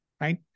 right